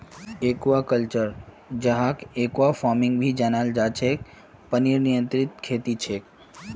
aquaculture, जहाक aquafarming भी जनाल जा छे पनीर नियंत्रित खेती छे